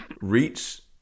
reach